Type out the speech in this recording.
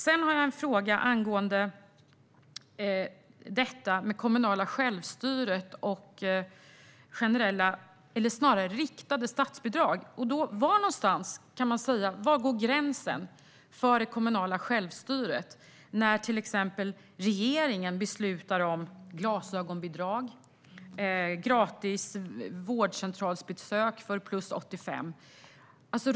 Jag har också en fråga angående det kommunala självstyret och riktade statsbidrag. Var går gränsen för det kommunala självstyret när regeringen till exempel beslutar om glasögonbidrag eller gratis besök på vårdcentralen för personer som är äldre än 85 år?